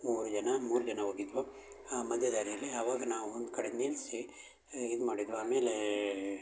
ಮೂರು ಜನ ಮೂರು ಜನ ಹೋಗಿದ್ವು ಆ ಮಧ್ಯ ದಾರೀಲಿ ಅವಾಗ ನಾವು ಒಂದು ಕಡೆ ನಿಲ್ಲಿಸಿ ಇದು ಮಾಡಿದ್ದೆವು ಆಮೇಲೇ